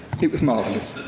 it was marvelous.